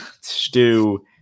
Stew